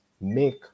make